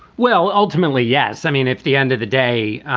well, ultimately, yes. i mean, at the end of the day,